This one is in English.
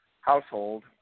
household